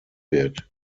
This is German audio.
wird